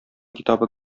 китабы